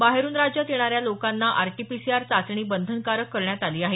बाहेरुन राज्यात येणाऱ्या लोकांना आरटीपीआसीरआर चाचणी बंधनकारक करण्यात आली आहे